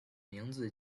名字